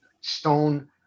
stone